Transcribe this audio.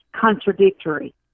contradictory